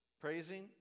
praising